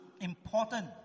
important